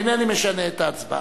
אינני משנה את ההצבעה.